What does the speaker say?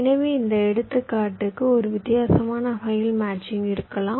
எனவே இந்த எடுத்துக்காட்டுக்கு ஒரு வித்தியாசமான வகையான மேட்சிங் இருக்கலாம்